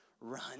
run